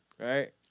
right